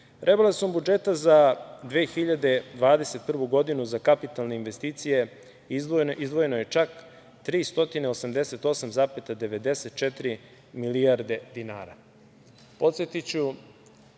penzija. Rebalansom budžeta za 2021. godinu za kapitalne investicije izdvojeno je čak 3.088,094 milijarde dinara.